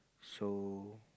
so